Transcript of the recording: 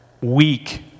weak